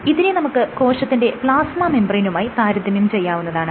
ഇതിനെ നമുക്ക് കോശത്തിന്റെ പ്ലാസ്മ മെംബ്രേയ്നുമായി താരതമ്യം ചെയ്യാവുന്നതാണ്